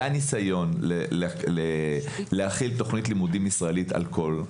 היה ניסיון להכיל תוכנית לימודים ישראלית על הכול,